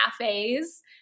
cafes